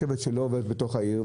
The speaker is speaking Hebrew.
גם רכבת שלא עוברת בתוך העיר,